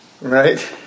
Right